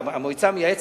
המועצה המייעצת,